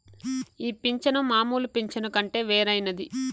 ఈ పింఛను మామూలు పింఛను కంటే వేరైనది